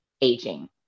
aging